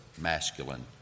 masculine